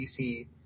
DC